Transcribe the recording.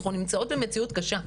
אנחנו נמצאות במציאות קשה,